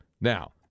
Now